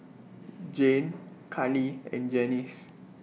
Jane Karli and Janis